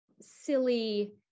silly